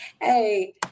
Hey